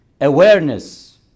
awareness